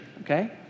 okay